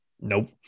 Nope